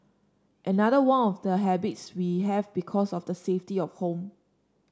another one of the habits we have because of the safety of home